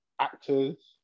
actors